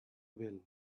bell